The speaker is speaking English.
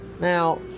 Now